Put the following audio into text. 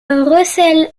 recèle